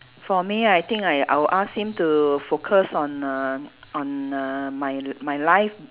for me I think I'll I'll ask him to focus on err on err my l~ my life